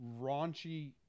raunchy